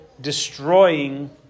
destroying